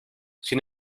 sin